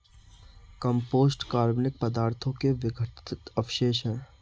compost कार्बनिक पदार्थों के विघटित अवशेष हैं